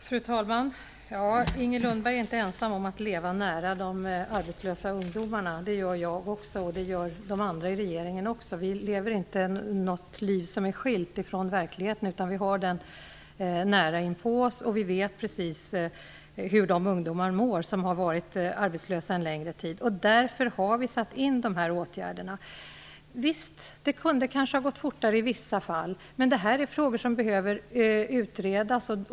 Fru talman! Inger Lundberg är inte ensam om att leva nära de arbetslösa ungdomarna. Det gör jag också och de andra i regeringen. Vi lever inte något liv som är skilt från verkligheten. Vi har den nära inpå oss. Vi vet precis hur de ungdomar mår som har varit arbetslösa en längre tid. Därför har vi satt in dessa åtgärder. Visst, det kunde kanske ha gått fortare i vissa fall. Men detta är frågor som behöver utredas.